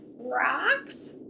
rocks